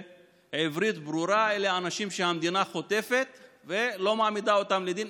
בעברית ברורה: אלה אנשים שהמדינה חוטפת ולא מעמידה אותם לדין,